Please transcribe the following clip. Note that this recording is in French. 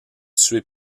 tuer